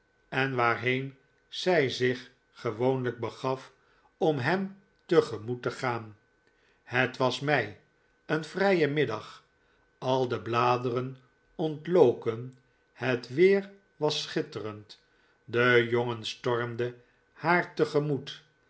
en waarjheen zij zich gewoonlijk begaf om hem tegemoet te gaan het was mei een vrije middag al de bladeren ontloken het weer was schitterend de jongen stormde haar tegemoet